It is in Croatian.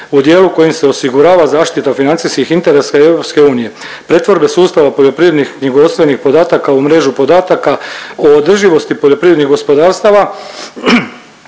u dijelu kojim se osigurava zaštita financijskih interesa i EU, pretvorbe sustava poljoprivrednih, knjigovodstvenih podataka u mrežu podataka o održivosti poljoprivrednih gospodarstava,